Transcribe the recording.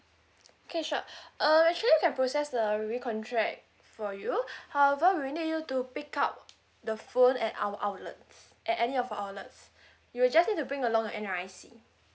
okay sure uh actually we can process the recontract for you however we need you to pick up the phone at our outlets at any of our outlets you'll just need to bring along an N_R_I_C